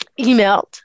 emailed